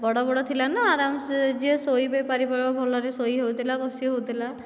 ବଡ଼ ବଡ଼ ଥିଲା ନା ଆରାମ ସେ ଯିଏ ଶୋଇ ବି ପାରିବ ଭଲରେ ଶୋଇ ହେଉଥିଲା ବସି ହେଉଥିଲା